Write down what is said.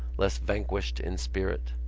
less vanquished in spirit.